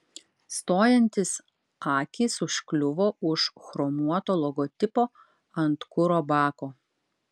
stojantis akys užkliuvo už chromuoto logotipo ant kuro bako